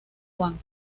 juan